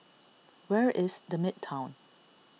where is the Midtown